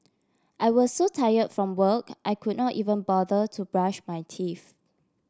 I was so tired from work I could not even bother to brush my teeth